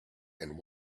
and